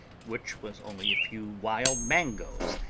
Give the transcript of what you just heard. which was only a few wild mangoes,